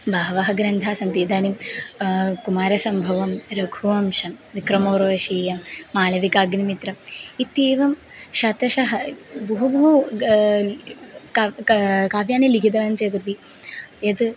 बहवः ग्रन्थाः सन्ति इदानीं कुमारसम्भवं रघुवंशं विक्रमोर्वशीयं मालविकाग्निमित्रं इत्येवं शतशः बहु बहु क् काव्यानि लिखितवान् चेदपि यद्